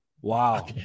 Wow